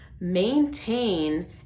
maintain